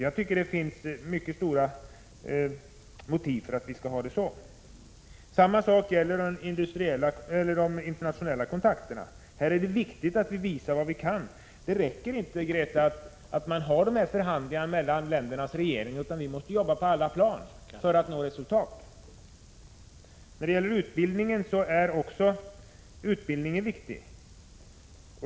Jag tycker att det finns mycket goda motiv för att vi skall ha offentliga utfrågningar. När det gäller de internationella kontakterna är det viktigt att vi visar vad vi kan. Det räcker inte, Grethe Lundblad, med dessa förhandlingar mellan ländernas regeringar, utan vi måste arbeta på alla plan för att nå resultat. Också utbildningen är viktig.